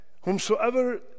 Whomsoever